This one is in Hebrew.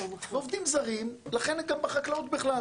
עובדים זרים לכן הם גם בחקלאות בכלל.